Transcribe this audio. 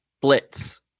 Blitz